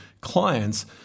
clients